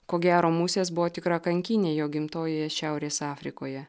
ko gero musės buvo tikra kankynė jo gimtojoje šiaurės afrikoje